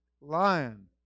lion